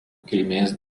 kilmės